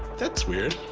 that's weird!